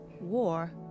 war